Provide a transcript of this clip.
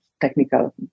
Technical